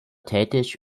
tätig